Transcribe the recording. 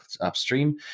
upstream